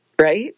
right